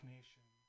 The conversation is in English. Nation